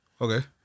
Okay